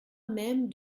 même